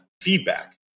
feedback